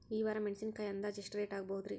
ಈ ವಾರ ಮೆಣಸಿನಕಾಯಿ ಅಂದಾಜ್ ಎಷ್ಟ ರೇಟ್ ಆಗಬಹುದ್ರೇ?